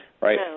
right